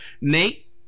Nate